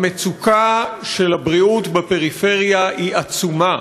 מצוקת הבריאות בפריפריה היא עצומה,